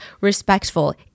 respectful